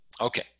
Okay